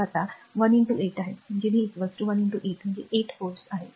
तर तो एक 8 आहे v 1 8 8 व्होल्ट